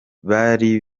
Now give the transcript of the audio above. bari